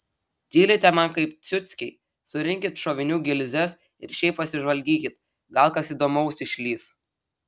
tylite man kaip ciuckiai surinkit šovinių gilzes ir šiaip pasižvalgykit gal kas įdomaus išlįs